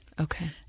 Okay